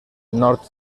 nord